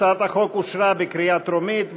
הצעת החוק אושרה בקריאה טרומית,